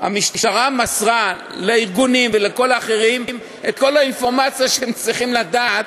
והמשטרה מסרה לארגונים ולכל האחרים את כל האינפורמציה שהם צריכים לדעת,